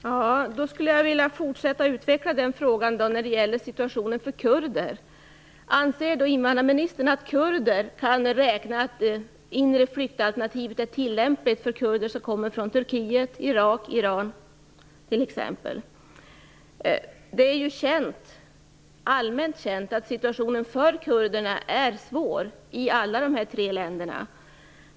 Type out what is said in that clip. Fru talman! Då skulle jag vilja fortsätta att utveckla frågan när det gäller situationen för kurder. Anser invandrarministern att kurder kan räkna med att det inre flyktalternativet är tillämpligt för kurder som kommer från t.ex. Turkiet, Irak och Iran? Det är ju allmänt känt att situationen för kurderna är svår i alla dessa tre länder.